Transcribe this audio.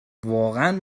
واقعا